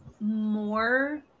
more